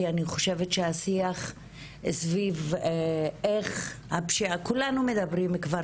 כי אני חושבת שהשיח סביב הפשיעה - כולנו מדברים כבר